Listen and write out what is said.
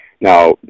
Now